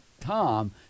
tom